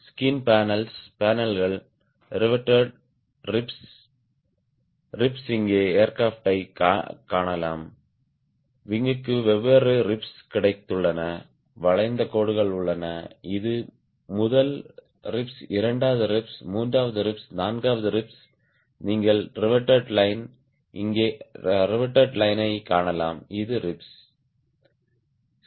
skin பேனல்கள் riveted ரிப்ஸ்ல் ரிப்ஸ்ல் இங்கே ஏர்கிராப்ட் யை காணலாம் விங்க்கு வெவ்வேறு ரிப்ஸ்ல் கிடைத்துள்ளன வளைந்த கோடுகள் உள்ளன இது முதல் ரிப்ஸ்ல் இரண்டாவது ரிப்ஸ்ல் மூன்றாவது ரிப்ஸ்ல் நான்காவது ரிப்ஸ்ல் நீங்கள் ரிவேட்டேட் லைன் ஐக் காணலாம் இது ரிப்ஸ்ல்